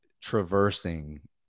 traversing